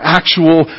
actual